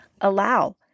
allow